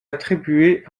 attribué